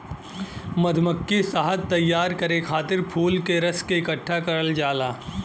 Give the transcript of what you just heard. मधुमक्खी शहद तैयार करे खातिर फूल के रस के इकठ्ठा करल जाला